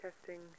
Testing